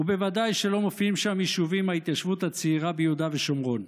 ובוודאי שלא מופיעים שם יישובים מההתיישבות הצעירה ביהודה ושומרון.